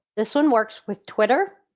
this one works with twitter,